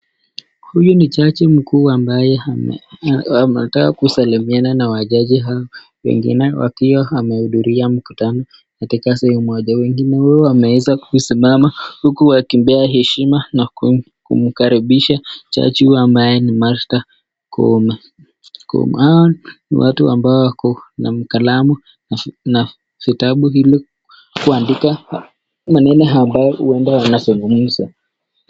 Huyu ni jaji mkuu ambaye anataka kusalimiana na wazazi au wengine, akiwa amehudhuria mkutano katika sehemu moja. Wengine wao wameweza kusimama huku wakimpea heshima na kumkaribisha jaji huyu ambaye ni Martha Koome. Hawa ni watu ambao wakona kalamu na vitabu ilikuandika maneno ambayo huenda wanazungumza.